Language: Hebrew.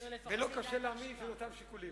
ולא קשה להאמין מה יהיו אותם השיקולים.